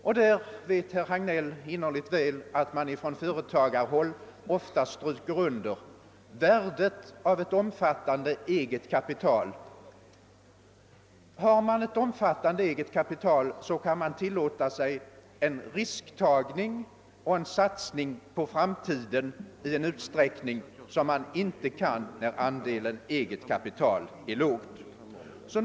Härvidlag vet herr Hagnell mycket väl att man från företagarhåll ofta stryker under värdet av ett omfattande eget kapital. Har man ett sådant kan man tilllåta sig en risktagning och en satsning på framtiden i en utsträckning som inte är möjlig när andelen av eget kapital är liten.